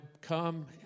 come